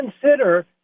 consider